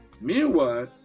Meanwhile